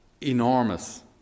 enormous